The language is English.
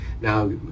now